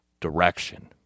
direction